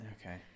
Okay